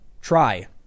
Try